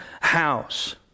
house